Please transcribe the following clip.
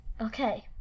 Okay